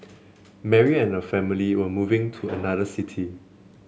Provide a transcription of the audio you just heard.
Mary and her family were moving to another city